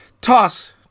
toss